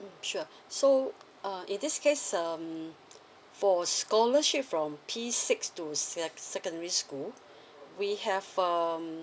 mm sure so uh in this case um for scholarship from P six to say like secondary school we have um